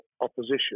opposition